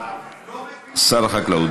שר החקלאות.